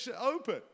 open